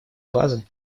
базы